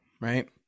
right